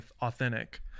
authentic